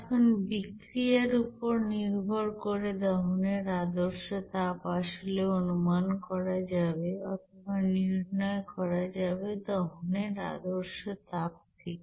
এখন বিক্রিয়ার উপর নির্ভর করে দহনের আদর্শ তাপ আসলে অনুমান করা যাবে অথবা নির্ণয় করা যাবে দহনের আদর্শ তাপ থেকে